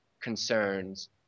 concerns